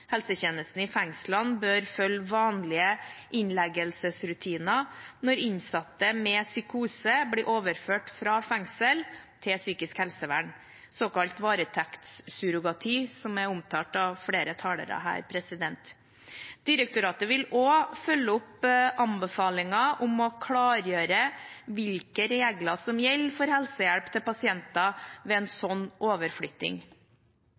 helsetjenesten i fengslene bør følge vanlige innleggelsesrutiner når innsatte med psykose blir overført fra fengsel til psykisk helsevern, såkalt varetektssurrogati, som er omtalt av flere talere her. Direktoratet vil også følge opp anbefalingen om å klargjøre hvilke regler som gjelder for helsehjelp til pasienter ved en sånn overflytting.